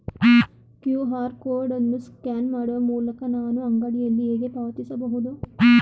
QR code ಅನ್ನು scan ಮಾಡುವ ಮೂಲಕ ನಾನು ಅಂಗಡಿಯಲ್ಲಿ ಹೇಗೆ ಪಾವತಿಸಬಹುದು?